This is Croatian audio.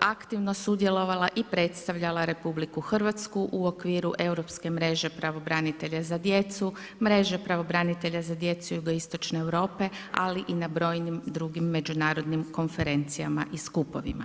aktivno sudjelovala i predstavljala RH u okviru europske mreže pravobranitelja za djecu, mreže pravobranitelja za djecu jugoistočne Europe ali i na brojnim drugim međunarodnim konferencijama i skupovima.